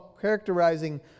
characterizing